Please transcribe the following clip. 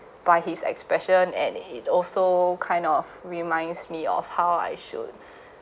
by his expression and it also kind of reminds me of how I should